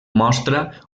mostra